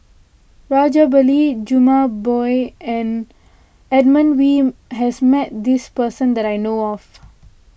Rajabali Jumabhoy and Edmund Wee has met this person that I know of